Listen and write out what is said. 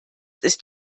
ist